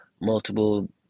multiple